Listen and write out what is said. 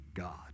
God